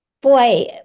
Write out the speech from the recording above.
Boy